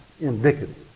indicative